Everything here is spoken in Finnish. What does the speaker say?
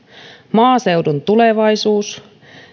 maaseudun tulevaisuus